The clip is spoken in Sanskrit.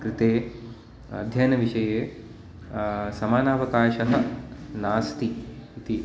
कृते अध्ययनविषये समानावकाशः नास्ति इति